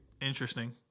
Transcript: interesting